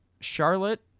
Charlotte